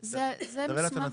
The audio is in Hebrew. זה כיסא גלגלים